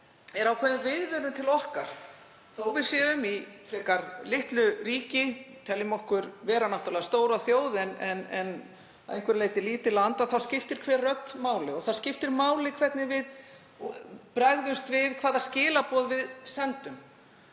er ákveðin viðvörun til okkar. Þótt við séum í frekar litlu ríki, teljum okkur vera stóra þjóð náttúrlega en að einhverju leyti lítið land, þá skiptir hver rödd máli og það skiptir máli hvernig við bregðumst við, hvaða skilaboð við sendum.